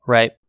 Right